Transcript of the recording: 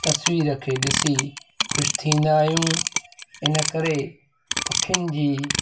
तस्वीर खे ॾिसी ख़ुशि थींदा आहियूं इनकरे पखियुनि जी